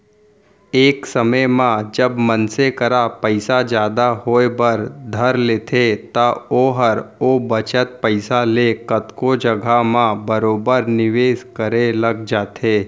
एक समे म जब मनसे करा पइसा जादा होय बर धर लेथे त ओहर ओ बचत पइसा ले कतको जघा म बरोबर निवेस करे लग जाथे